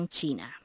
China